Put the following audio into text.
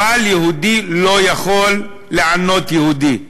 אבל יהודי לא יכול לענות יהודי.